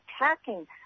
attacking